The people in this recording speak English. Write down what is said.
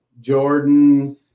Jordan